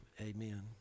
Amen